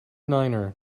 niner